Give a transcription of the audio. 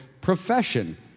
profession